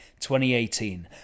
2018